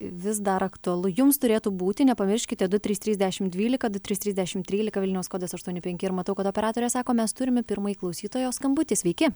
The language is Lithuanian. vis dar aktualu jums turėtų būti nepamirškite du trys trys dešim dvylika du trys trys dešim trylika vilniaus kodas aštuoni penki ir matau kad operatorė sako mes turime pirmąjį klausytojo skambutį sveiki